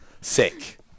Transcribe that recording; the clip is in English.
Sick